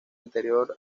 anterior